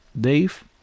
Dave